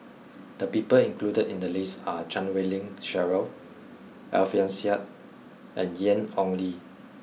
the people included in the list are Chan Wei Ling Cheryl Alfian Sa'at and Ian Ong Li